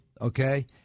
okay